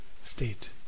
state